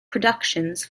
productions